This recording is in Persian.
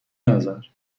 نظر